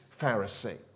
Pharisee